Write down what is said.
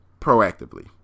proactively